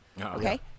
Okay